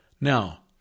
Now